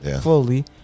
fully